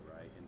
right